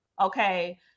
okay